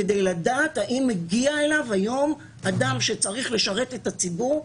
כדי לדעת האם מגיע אליו היום אדם שצריך לשרת את הציבור,